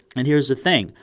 and here's the thing.